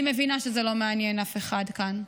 אני מבינה שזה לא מעניין אף אחד כאן,